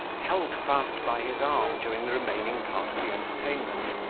held fast by his arm during the remaining part of the entertainment,